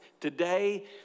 today